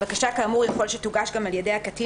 בקשה כאמור יכול שתוגש גם על ידי הקטין